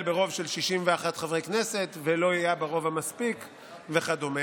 ברוב של 61 חברי כנסת ולא היה ברוב המספיק וכדומה.